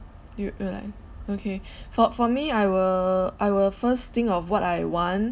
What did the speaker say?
you you like okay for for me I will I will first think of what I want